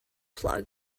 plug